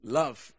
love